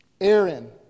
Aaron